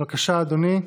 בבקשה, אדוני.